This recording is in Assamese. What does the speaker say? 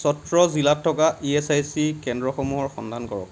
চত্ৰ জিলাত থকা ই এচ আই চি কেন্দ্ৰসমূহৰ সন্ধান কৰক